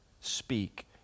speak